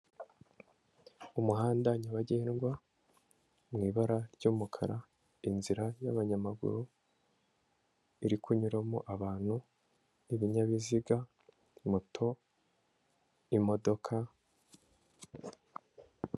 Umuhanda nyabagendwa mu ibara ry'umukara, inzira y'abanyamaguru iri kunyuramo abantu, ibinyabiziga, moto, imodoka.